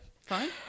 Fine